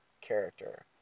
character